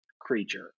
creature